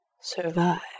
survive